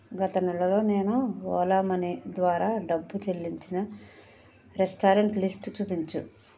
గత నెలలో నేను ఓలా మనీ ద్వారా డబ్బు చెల్లించిన రెస్టారెంట్ల లిస్టు చూపించు